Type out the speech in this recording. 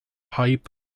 pipe